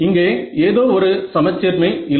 இங்கே ஏதோவொரு சமச்சீர்மை இல்லை